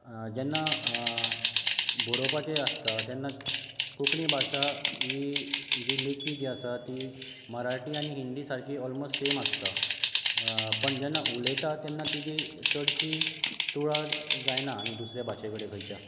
जेन्ना बरोवपाचें आसता जेन्ना कोंकणी भाशा ही जी लेखी जी आसा ती मराठी आनी हिंदी सारकी ऑलमोस्ट सेम आसता पण जेन्ना उलयता तेन्ना तेजी चडशी तुळा जायना आनी दुसरे भाशे कडेन खंयच्या